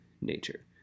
nature